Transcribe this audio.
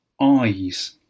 Eyes